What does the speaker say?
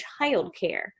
childcare